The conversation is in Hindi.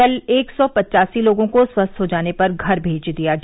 कल एक सौ पच्चासी लोगों को स्वस्थ हो जाने पर घर मेज दिया गया